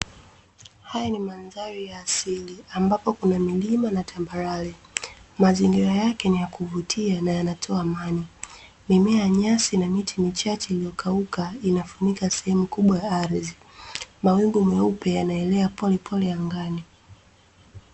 Haya ni mandhari ya asili, ambapo kuna milima na tambarare. Mazingira yake ni ya kuvutia na yanatoa amani. Mimea ya nyasi na miti michache iliyokauka inafunika sehemu kubwa ya ardhi. Mawingu meupe yanaelea polepole angani.